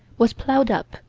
was plowed up,